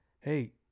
hey